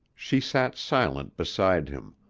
she sat silent beside him,